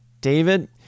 David